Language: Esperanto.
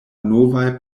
novaj